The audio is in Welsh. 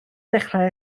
dechrau